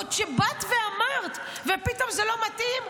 עוד באת ואמרת, ופתאום זה לא מתאים?